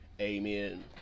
amen